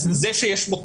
זה לא מספיק שיש מוקד,